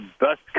best